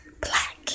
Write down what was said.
black